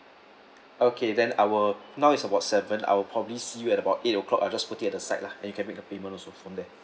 okay then I will now is about seven I will probably see you at about eight o'clock I'll just put it at the side lah then you can make the payments also from there